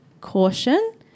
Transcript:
caution